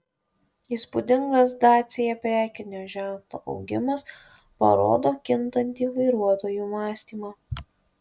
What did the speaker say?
įspūdingas dacia prekinio ženklo augimas parodo kintantį vairuotojų mąstymą